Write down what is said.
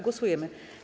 Głosujemy.